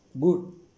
good